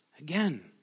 again